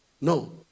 No